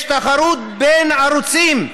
יש תחרות בין ערוצים.